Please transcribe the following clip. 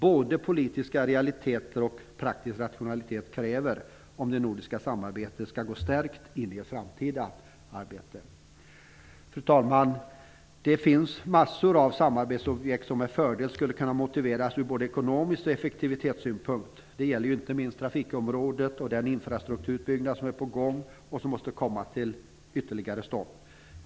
Både politiska realiteter och praktisk rationalitet kräver detta om det nordiska samarbetet skall gå stärkt in i det framtida arbetet. Fru talman! Det finns mängder av samarbetsprojekt som med fördel skulle kunna motiveras ur både ekonomisk och effektivitetssynpunkt. Det gäller inte minst på trafikområdet och den infrastrukturutbyggnad som är på gång och som måste komma till stånd.